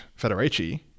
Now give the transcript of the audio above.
Federici